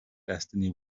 destiny